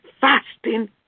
Fasting